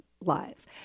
Lives